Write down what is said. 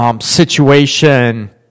Situation